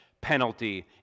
penalty